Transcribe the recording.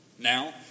Now